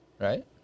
Right